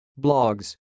blogs